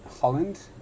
Holland